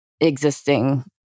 existing